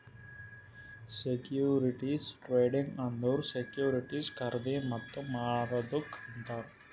securities trading ಅಂದುರ್ securities ಖರ್ದಿ ಮತ್ತ ಮಾರದುಕ್ ಅಂತಾರ್